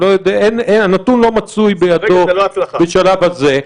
הנתון לא מצוי בידו בשלב הזה.